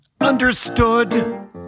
Understood